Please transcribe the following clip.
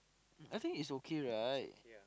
um I think is okay right